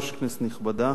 כנסת נכבדה,